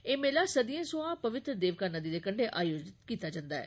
एह् मेला सदियें सोयां पवित्र देविका नदी दे कंडे आयोजित कीता जन्दा ऐ